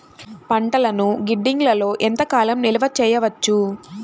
పంటలను గిడ్డంగిలలో ఎంత కాలం నిలవ చెయ్యవచ్చు?